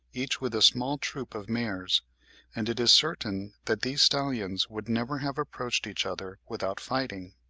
each with a small troop of mares and it is certain that these stallions would never have approached each other without fighting.